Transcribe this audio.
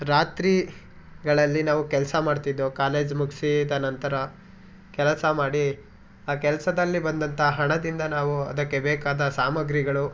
ರಾತ್ರಿ ಗಳಲ್ಲಿ ನಾವು ಕೆಲಸ ಮಾಡ್ತಿದ್ದೋ ಕಾಲೇಜ್ ಮುಗಿಸಿದ ನಂತರ ಕೆಲಸ ಮಾಡಿ ಆ ಕೆಲಸದಲ್ಲಿ ಬಂದಂಥ ಹಣದಿಂದ ನಾವು ಅದಕ್ಕೆ ಬೇಕಾದ ಸಾಮಗ್ರಿಗಳು